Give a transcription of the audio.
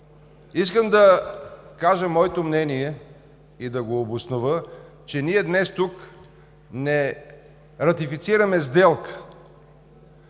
Искам да кажа моето мнение и да го обоснова: днес ние не ратифицираме сделка,